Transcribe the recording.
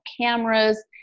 cameras